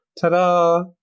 ta-da